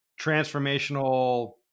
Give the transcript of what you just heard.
transformational